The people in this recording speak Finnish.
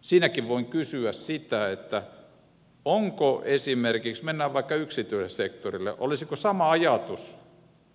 siinäkin voin kysyä esimerkiksi sitä mennään vaikka yksityiselle sektorille että olisiko sama ajatus